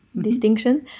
distinction